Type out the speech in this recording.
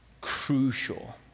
crucial